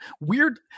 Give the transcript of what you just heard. weird